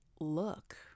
look